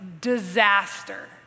disaster